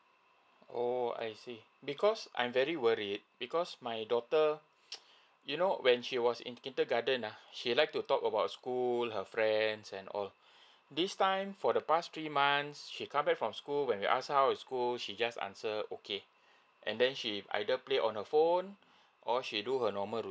oo I see because I'm very worry because my daughter you know when she was in kindergarten uh she like to talk about school her friends and all this time for the past three months she come back from school when we asked how is school she just answer okay and then she either play on the phone or she do her normal